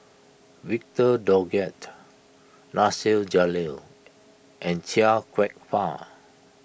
Victor Doggett Nasir Jalil and Chia Kwek Fah